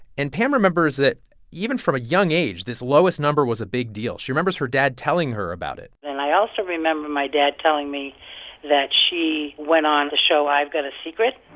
and pam remembers that even from a young age, this lowest number was a big deal. she remembers her dad telling her about it and i also remember my dad telling me that she went on the show i've got a secret.